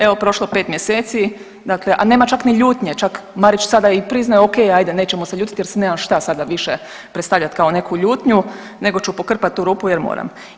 Evo prošlo 5 mjeseci, dakle a nema čak ni ljutnje, čak Marić sada i priznaje ok, ajde nećemo se ljutiti jer se nema šta sada više predstavljat kao neku ljutnju nego ću pokrpat tu rupu jer moram.